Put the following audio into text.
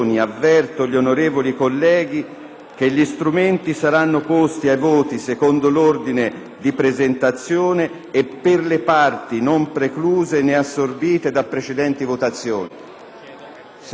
che gli strumenti saranno posti ai voti secondo l'ordine di presentazione e per le parti non precluse né assorbite da precedenti votazioni.